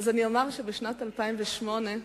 אינטראקציה היתה,